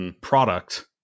product